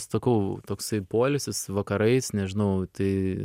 sakau toksai poilsis vakarais nežinau tai